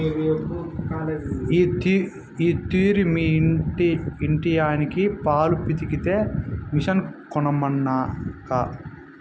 ఈ తూరి మీ ఇంటాయనకి పాలు పితికే మిషన్ కొనమనక్కా